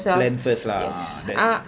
plan first lah that's